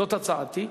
זאת הצעתי.